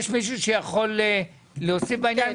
יש מישהו שיכול להוסיף בעניין?